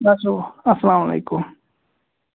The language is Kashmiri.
گَژھَو اَسَلام علیکُم